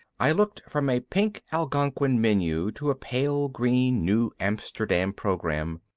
i looked from a pink algonquin menu to a pale green new amsterdam program,